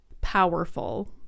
powerful